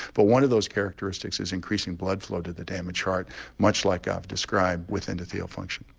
but one of those characteristics is increasing blood flow to the damaged heart much like i've described with endothelial function.